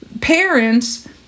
parents